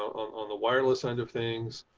on on the wireless side of things.